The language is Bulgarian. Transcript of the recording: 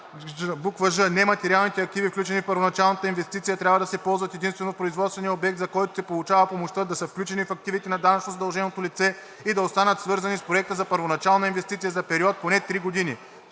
така: ,,ж) нематериалните активи, включени в първоначалната инвестиция, трябва да се ползват единствено в производствения обект, за който се получава помощта, да са включени в активите на данъчно задълженото лице и да останат свързани с проекта за първоначална инвестиция за период поне три години;“;